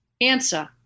Answer